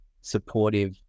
supportive